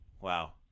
Wow